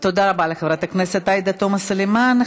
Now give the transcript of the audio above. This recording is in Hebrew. תודה רבה לחברת הכנסת עאידה תומא סלימאן.